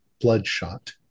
bloodshot